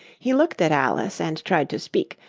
he looked at alice, and tried to speak,